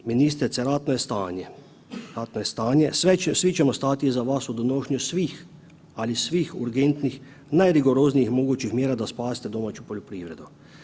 Ministrice, ratno je stanje, ratno je stanje svi ćemo stati iza vas u donošenju svih, ali svih urgentnih najrigoroznijih mogućih mjera da spasite domaću poljoprivredu.